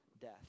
death